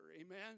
Amen